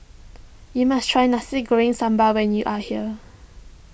you must try Nasi Goreng Sambal when you are here